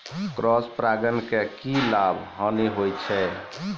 Cross परागण के की लाभ, हानि होय छै?